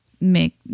make